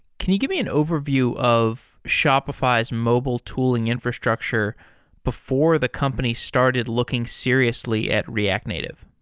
can you give me an overview of shopify's mobile tooling infrastructure before the company started looking seriously at react native?